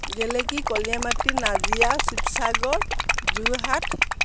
গেলেকী কলিয়ামাটি নাজিয়া শিৱসাগৰ যোৰহাট